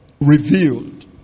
revealed